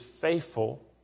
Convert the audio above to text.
faithful